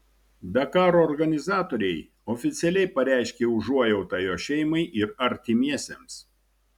dakaro organizatoriai oficialiai pareiškė užuojautą jo šeimai ir artimiesiems